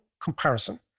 comparison